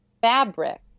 fabric